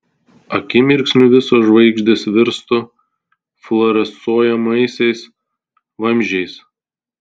akimirksniu visos žvaigždės virstų fluorescuojamaisiais vamzdžiais